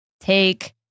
Take